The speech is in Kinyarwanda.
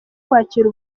kwakira